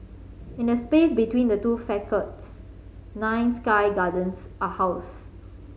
in a space between the two nine sky gardens are housed